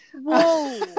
Whoa